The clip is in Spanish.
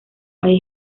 hay